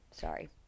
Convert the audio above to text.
sorry